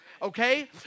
Okay